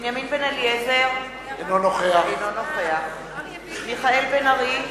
בנימין בן-אליעזר, אינו נוכח מיכאל בן-ארי,